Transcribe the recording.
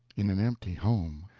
in an empty home.